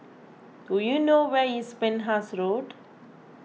do you know where is Penhas Road